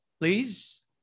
Please